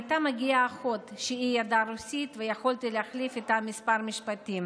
הייתה מגיעה אחות שידעה רוסית ויכולתי להחליף איתה כמה משפטים.